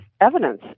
evidence